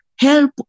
Help